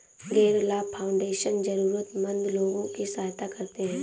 गैर लाभ फाउंडेशन जरूरतमन्द लोगों की सहायता करते हैं